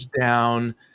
down